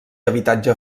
habitatge